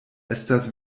estas